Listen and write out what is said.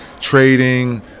trading